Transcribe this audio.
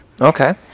Okay